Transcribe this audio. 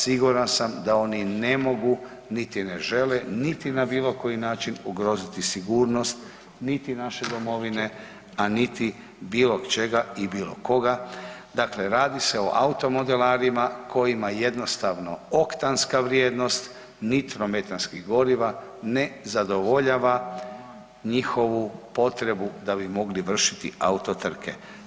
Siguran sam da oni ne mogu niti ne žele niti na bilo koji način ugroziti sigurnost niti naše domovine, a niti bilo čega i bilo koga, dakle radi se o automodelarima kojima jednostavno oktanska vrijednost nitrometanskih goriva ne zadovoljava njihovu potrebu da bi mogli vršiti auto trke.